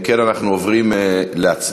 אם כן, אנחנו עוברים להצבעה,